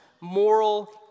moral